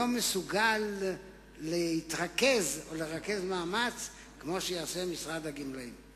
לא מסוגל לרכז מאמץ כמו שיעשה משרד הגמלאים.